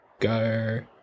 Go